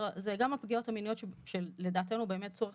זה גם הפגיעות המיניות שלדעתנו הן צורך